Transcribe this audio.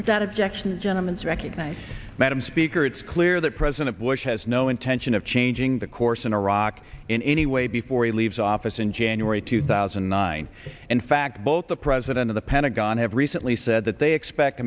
that objection gentlemens recognize madam speaker it's clear that president bush has no intention of changing the course in iraq in any way before he leaves office in january two thousand and nine in fact both the president of the pentagon have recently said that they expect